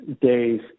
days